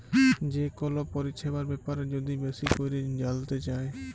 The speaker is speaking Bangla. যে কল পরিছেবার ব্যাপারে যদি বেশি ক্যইরে জালতে চায়